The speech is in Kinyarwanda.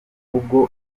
ubwo